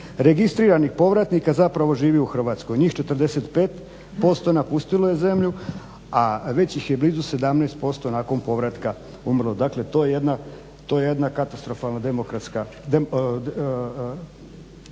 registriranih povratnika zapravo živi u Hrvatskoj, njih 45% napustilo je zemlju, a već ih je blizu 17% nakon povratka umrlo.". Dakle, to je jedna katastrofalna demokratska,